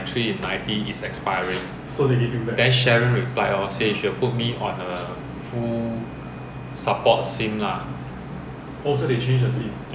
from what I try to recall just now while I was in the treadmill right so 我只记得 okay so I was trying to do mental fly then um